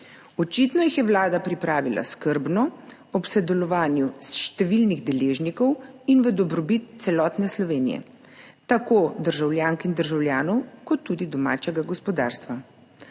Očitno jih je Vlada pripravila skrbno, ob sodelovanju številnih deležnikov in v dobrobit celotne Slovenije, tako državljank in državljanov kot tudi domačega gospodarstva.